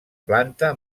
planta